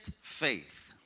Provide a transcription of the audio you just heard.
faith